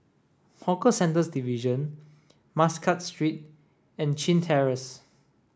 Hawker Centres Division Muscat Street and Chin Terrace